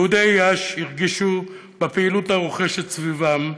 יהודי יאש הרגישו בפעילות הרוחשת סביבם,